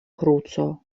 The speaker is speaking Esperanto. kruco